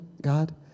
God